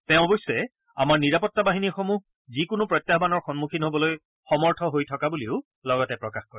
তেওঁ অৱশ্যে আমাৰ নিৰাপত্তা বাহিনীসমূহ যিকোনো প্ৰত্যাহানৰ সন্মুখীন হ'বলৈ সমৰ্থ হৈ থকা বুলিও লগতে প্ৰকাশ কৰে